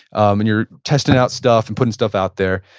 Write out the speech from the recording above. and you're testing out stuff and putting stuff out there.